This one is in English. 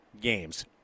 games